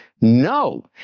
No